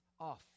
off